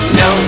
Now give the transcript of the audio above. no